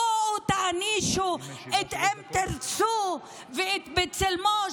בואו תענישו את אם תרצו ואת בצלמו,